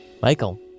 Michael